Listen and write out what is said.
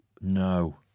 No